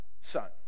son